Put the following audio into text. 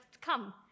come